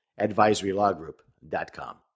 advisorylawgroup.com